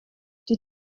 die